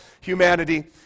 humanity